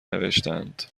نوشتند